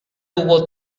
tuvo